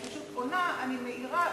אני פשוט עונה ומעירה.